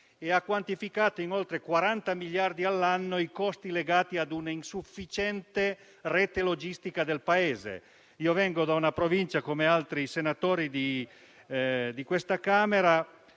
burocrazia e in oltre 40 miliardi annui i costi legati a una insufficiente rete logistica del Paese. Vengo da una Provincia - come altri senatori di questa Camera